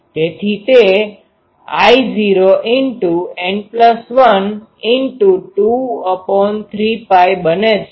તેથી તે I૦N123π બને છે